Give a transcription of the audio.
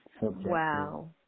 Wow